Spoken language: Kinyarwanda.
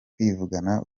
kwivugana